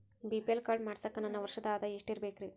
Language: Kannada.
ಬಿ.ಪಿ.ಎಲ್ ಕಾರ್ಡ್ ಮಾಡ್ಸಾಕ ನನ್ನ ವರ್ಷದ್ ಆದಾಯ ಎಷ್ಟ ಇರಬೇಕ್ರಿ?